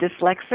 dyslexic